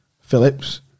Phillips